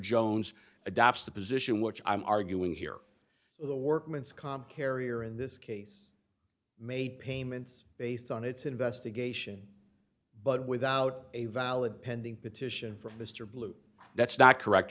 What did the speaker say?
jones adopts the position which i'm arguing here for the workman's comp carrier in this case made payments based on its investigation but without a valid pending petition from mr blue that's not correct